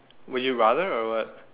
would you rather or what